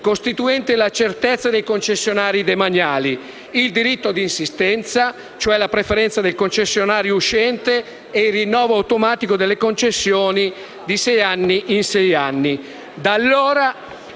costituenti la certezza dei concessionari demaniali, ovvero il diritto di insistenza, cioè la preferenza per il concessionario uscente, e il rinnovo automatico delle concessioni di sei anni in sei anni.